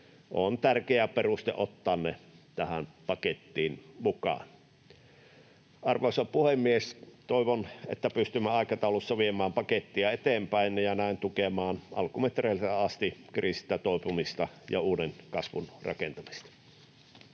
on tärkeä peruste ottaa ne tähän pakettiin mukaan. Arvoisa puhemies! Toivon, että pystymme aikataulussa viemään pakettia eteenpäin ja näin tukemaan alkumetreiltä asti kriisistä toipumista ja uuden kasvun rakentamista.